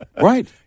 Right